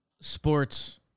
sports